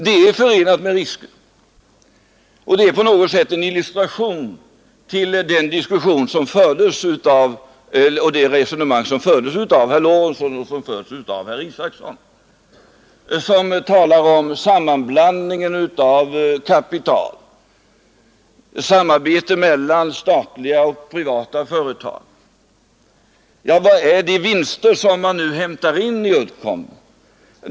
Det är förenat med risker, och det är på något sätt en illustration till den diskussion och det resonemang som fördes av herr Lorentzon och av herr Israelsson, där man talar om sammanblandningen av kapital, samarbete mellan statliga och privata företag. Vad är de vinster som man hämtar in i Uddcomb?